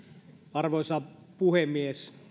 arvoisa puhemies